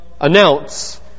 announce